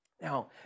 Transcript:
Now